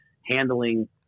handling